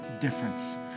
difference